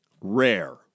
rare